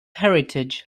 heritage